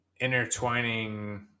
intertwining